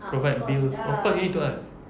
provide bill of course you need to ask